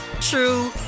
true